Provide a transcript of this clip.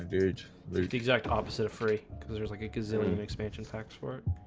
huge the exact opposite of free because there's like a gazillion expansion packs for it